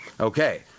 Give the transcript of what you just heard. Okay